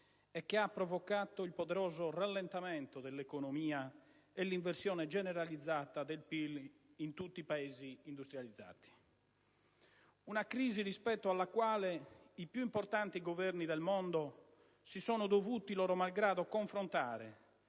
e che ha provocato il poderoso rallentamento dell'economia e l'inversione generalizzata del PIL in tutti i Paesi industrializzati. Una crisi rispetto alla quale i più importanti Governi del mondo si sono dovuti loro malgrado confrontare,